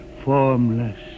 formless